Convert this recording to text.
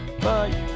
Bye